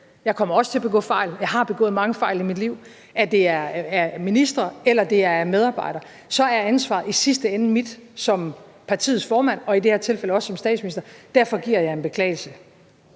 jeg kommer også til at begå fejl, jeg har begået mange fejl i mit liv, eller det er ministre, eller det er medarbejdere – så er ansvaret i sidste ende mit som partiets formand og i det her tilfælde også som statsminister, og derfor giver jeg en beklagelse.